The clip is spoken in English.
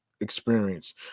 experience